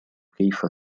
كيف